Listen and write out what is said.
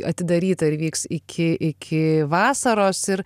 atidaryta ir vyks iki iki vasaros ir